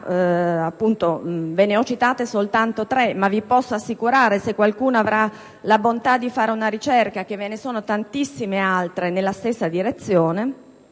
- per brevità ne ho citate soltanto tre, ma posso assicurare, se qualcuno ha la bontà di fare una ricerca, che ve ne sono tantissime altre nella stessa direzione